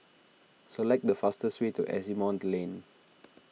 select the fastest way to Asimont Lane